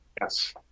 Yes